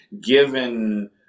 given